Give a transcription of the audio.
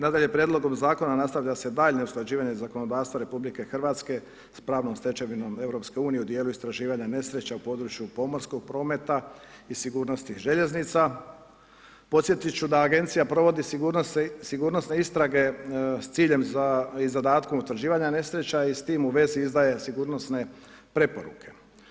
Nadalje, prijedlogom zakona, nastavlja se daljnje usklađivanje zakonodavstva RH s pravnom stečevinom EU u dijelu istraživanja nesreća u području pomorskog prometa i sigurnosti željeznica, podsjetiti ću da agencija provodi sigurnosne istrage s ciljem za i zadatkom utvrđivanja nesreća i s tim u vezi izdaje sigurnosne preporuke.